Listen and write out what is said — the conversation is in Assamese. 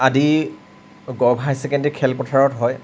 আদি গ'ভ হায়াৰ ছেকেণ্ডেৰি খেলপথাৰত হয়